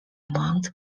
mount